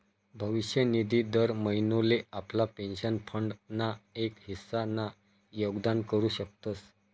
भविष्य निधी दर महिनोले आपला पेंशन फंड ना एक हिस्सा ना योगदान करू शकतस